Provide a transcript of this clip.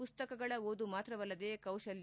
ಪುಸ್ತಕಗಳ ಓದು ಮಾತ್ರವಲ್ಲದೇ ಕೌಶಲ್ಲ